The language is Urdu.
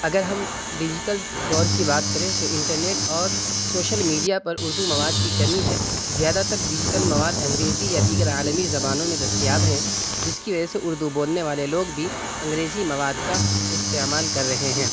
اگر ہم ڈیجیتل دور کی بات کریں تو انٹرنیٹ اور سوشل میڈیا پر اردو مواد کی کمی ہے زیادہ تر ڈیجیٹل مواد انگریزی یا دیگر عالمی زبانوں میں دستیاب ہیں جس کی وجہ سے اردو بولنے والے لوگ بھی انگریزی مواد کا استعمال کر رہے ہیں